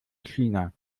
china